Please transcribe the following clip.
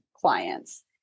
clients